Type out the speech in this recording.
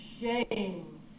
shame